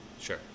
Sure